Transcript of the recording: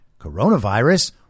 Coronavirus